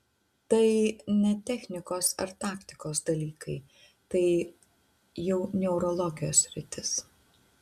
tai ne technikos ar taktikos dalykai tai jau neurologijos sritis